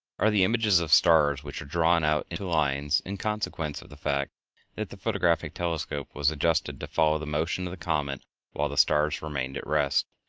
are the images of stars which are drawn out into lines in consequence of the fact that the photographic telescope was adjusted to follow the motion of the comet while the stars remained at rest.